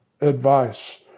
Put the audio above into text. advice